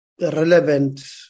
relevant